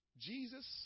Jesus